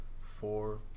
four